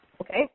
Okay